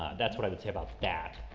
that's what i'd say about that.